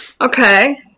Okay